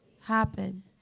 happen